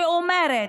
שאומרת: